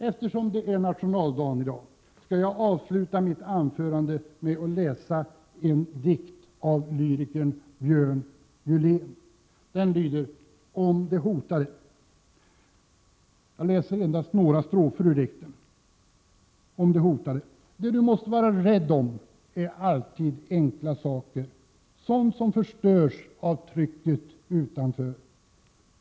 Eftersom det är nationaldagen i dag skall jag avsluta mitt anförande med att läsa upp några strofer av en dikt som är skriven av lyrikern Björn Julén: Det du måste vara rädd om är alltid enkla saker av trycket utanför.